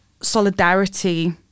solidarity